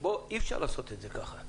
בוא, אי שאפשר לעשות את זה ככה.